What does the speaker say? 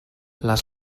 les